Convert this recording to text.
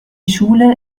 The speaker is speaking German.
schule